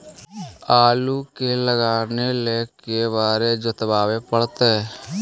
आलू के लगाने ल के बारे जोताबे पड़तै?